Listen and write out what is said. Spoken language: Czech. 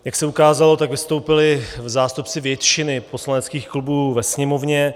Jak se ukázalo, vystoupili zástupci většiny poslaneckých klubů ve Sněmovně.